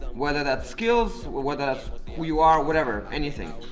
whether that's skills, whether that's who you are, whatever, anything.